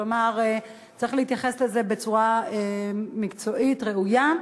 כלומר, צריך להתייחס לזה בצורה מקצועית, ראויה,